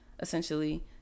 essentially